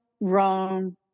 wrong